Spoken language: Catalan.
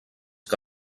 que